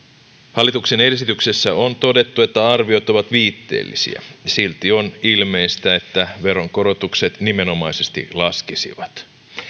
hallituksen esityksessä on todettu että arviot ovat viitteellisiä silti on ilmeistä että veronkorotukset nimenomaisesti laskisivat